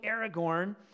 Aragorn